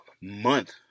month